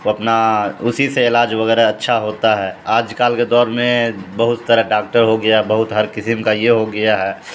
وہ اپنا اسی سے علاج وغیرہ اچھا ہوتا ہے آج کل کے دور میں بہت طرح ڈاکٹر ہو گیا ہے بہت ہر قسم کا یہ ہو گیا ہے